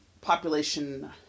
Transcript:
population